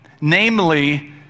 namely